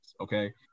Okay